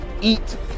eat